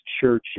churches